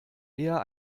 eher